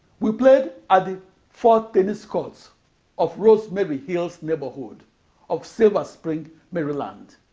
we played at the four tennis courts of rosemary hills neighborhood of silver spring, maryland.